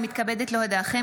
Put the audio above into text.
אני מתכבדת להודיעכם,